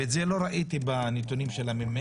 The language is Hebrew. ואת זה לא ראיתי בנתונים של מחלקת